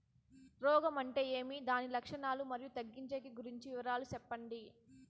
రోగం అంటే ఏమి దాని లక్షణాలు, మరియు తగ్గించేకి గురించి వివరాలు సెప్పండి?